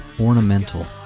Ornamental